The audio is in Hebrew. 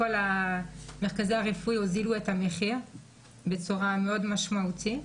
שכל המרכזים הרפואיים הוזילו את המחיר בצורה מאוד משמעותית.